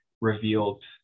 revealed